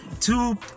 Two